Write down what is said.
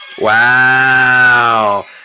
Wow